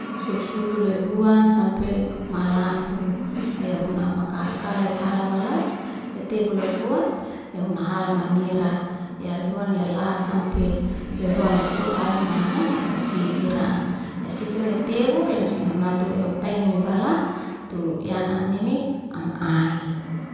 Sulsulu loihuan sampe malafu, haiyohuna makahaka lai hala malaw yatebu lau huan ya huna halamanira. Ya huluan ya la sampe loihuan yaku halanmasan nekesikira. ya sikira ya tebu, langsung yahunatue yaktutaini mibala tu yanan anime am ai.